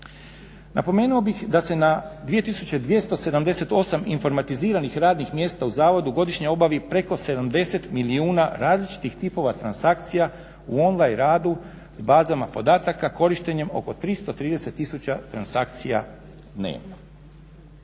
Napomenuo bih da se na 2278 informatiziranih radnih mjesta u zavodu godišnje obavi preko 70 milijuna različitih tipova transakcija u online radu s bazama podataka, korištenjem oko 330000 transakcija dnevno.